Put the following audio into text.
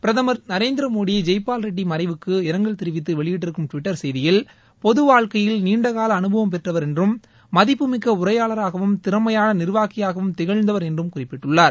பிரதமர் நரேந்திரமோடி ஜெய்பால் ரெட்டி மறைவுக்கு இரங்கல் தெரிவித்து வெளியிட்டிருக்கும் டுவிட்டர் செய்தியில் பொது வாழ்க்கையில் நீண்டகால அனுபவம் பெற்றவர் என்றும் மதிப்புமிக்க உரையாளராகவும் திறமையான நிர்வாகியாகவும் திகழந்தவர் என்றும் குறிப்பிட்டுள்ளார்